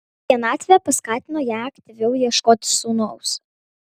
vienatvė paskatino ją aktyviau ieškoti sūnaus